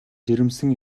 жирэмсэн